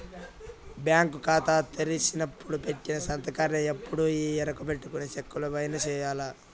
bank కాతా తెరిసినపుడు పెట్టిన సంతకాన్నే ఎప్పుడూ ఈ ఎరుకబెట్టుకొని సెక్కులవైన సెయ్యాల